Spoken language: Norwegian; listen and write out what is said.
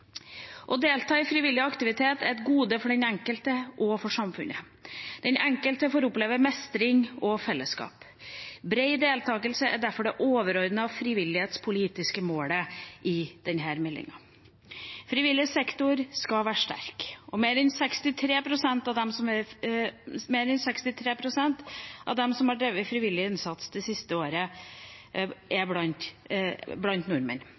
Å delta i frivillig aktivitet er et gode for den enkelte og for samfunnet. Den enkelte får oppleve mestring og fellesskap. Bred deltakelse er derfor det overordnede frivillighetspolitiske målet i denne meldingen. Frivillig sektor skal være sterk. Blant nordmenn sier mer enn 63 pst. at de har drevet frivillig innsats det siste året. Tallet er